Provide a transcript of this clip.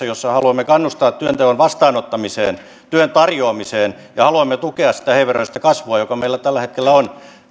jossa haluamme kannustaa työn vastaanottamiseen työn tarjoamiseen ja haluamme tukea sitä heiveröistä kasvua joka meillä tällä hetkellä on